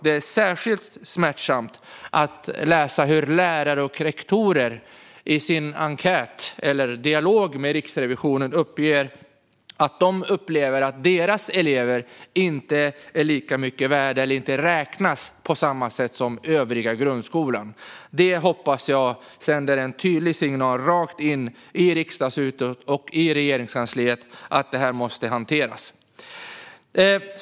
Det är särskilt smärtsamt att läsa att lärare och rektorer i sin dialog med Riksrevisionen uppger att de upplever att deras elever inte är lika mycket värda eller inte räknas på samma sätt som elever i övriga grundskolan. Det hoppas jag sänder en tydlig signal rakt in i Riksdagshuset och Regeringskansliet att detta måste hanteras.